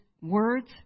words